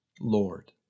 Lord